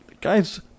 Guys